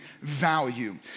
value